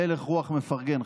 בהלך רוח מפרגן,